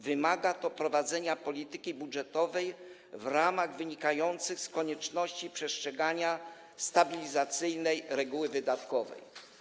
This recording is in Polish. Wymaga to prowadzenia polityki budżetowej w ramach wynikających z konieczności przestrzegania stabilizacyjnej reguły wydatkowej.